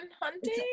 hunting